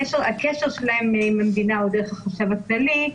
הקשר שלהם עם המדינה הוא דרך החשב הכללי.